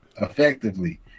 effectively